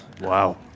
Wow